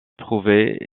prouver